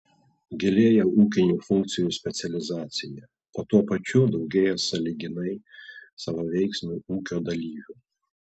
gilėja ūkinių funkcijų specializacija o tuo pačiu daugėja sąlyginai savaveiksmių ūkio dalyvių